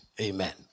Amen